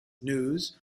news